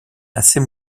assez